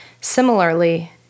Similarly